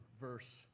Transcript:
verse